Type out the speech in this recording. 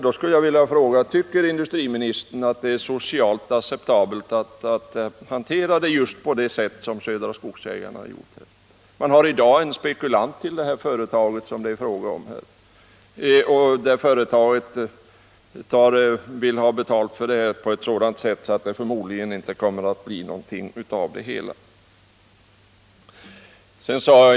Då vill jag fråga: Tycker industriministern att det är socialt acceptabelt att handla på så sätt som Södra Skogsägarna gjort? Man har i dag en spekulant på företaget, men man vill ha betalt på ett sådant sätt att det förmodligen inte blir någon affär av det hela.